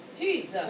Jesus